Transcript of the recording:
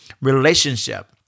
relationship